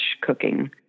cooking